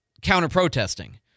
counter-protesting